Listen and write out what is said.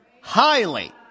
Highly